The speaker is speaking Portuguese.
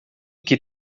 que